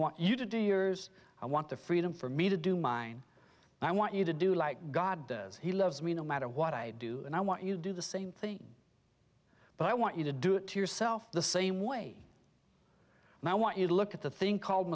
want you to do yours i want the freedom for me to do mine i want you to do like god he loves me no matter what i do and i want you to do the same thing but i want you to do it to yourself the same way and i want you to look at the thing called